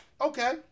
Okay